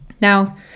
Now